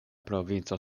provinco